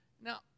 Now